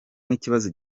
nk’ikibazo